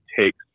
takes